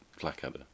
Blackadder